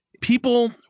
People